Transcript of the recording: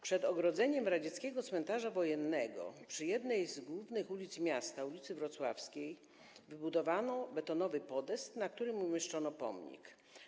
Przed ogrodzeniem radzieckiego cmentarza wojennego, przy jednej z głównych ulic miasta - ul. Wrocławskiej wybudowano betonowy podest, na którym umieszczono pomnik.